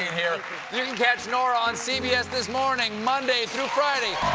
you can catch norah on cbs this morning, monday through friday